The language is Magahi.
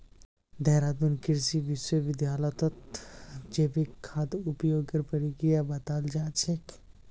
देहरादून कृषि विश्वविद्यालयत जैविक खाद उपयोगेर प्रक्रिया बताल जा छेक